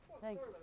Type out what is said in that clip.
Thanks